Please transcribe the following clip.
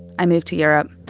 i moved to europe.